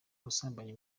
ubusambanyi